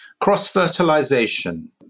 cross-fertilization